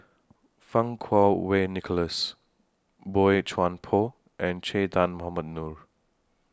Fang Kuo Wei Nicholas Boey Chuan Poh and Che Dah Mohamed Noor